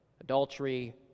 adultery